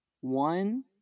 one